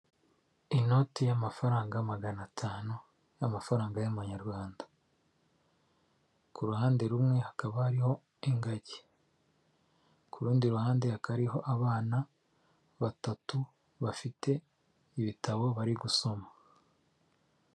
Inoti y'amafaranga magana atanu y'amafaranga y'amanyarwanda. Ku ruhande rumwe, hakaba hariho ingagi. Ku rundi ruhande, hakaba hariho abana batatu bafite ibitabo bari gusoma.